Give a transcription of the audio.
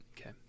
Okay